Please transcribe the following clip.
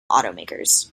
automakers